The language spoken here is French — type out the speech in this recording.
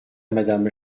madame